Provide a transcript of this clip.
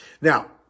Now